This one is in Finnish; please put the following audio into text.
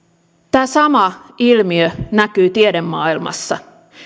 tämä sama ilmiö näkyy tiedemaailmassa